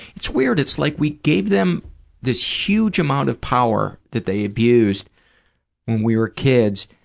it's weird. it's like we gave them this huge amount of power that they abused when we were kids,